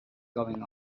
going